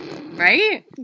Right